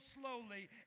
slowly